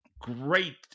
great